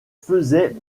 faisait